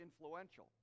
influential